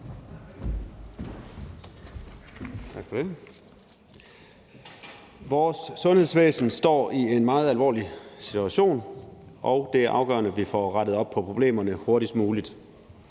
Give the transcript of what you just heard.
Vores sundhedsvæsen står i en meget alvorlig situation, og det er afgørende, at vi får rettet op på problemerne hurtigst muligt.